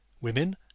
Women